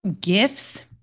gifts